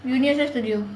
universal studio